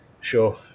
Sure